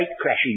crashing